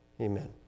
Amen